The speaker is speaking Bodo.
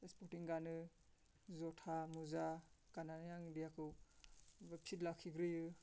स्पर्टिं गानो जुथा मुजा गाननानै आङो देहाखौ फिट लाखिग्रोयो